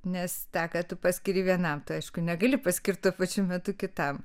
nes tą ką tu paskiri vienam tai aišku negali paskirt tuo pačiu metu kitam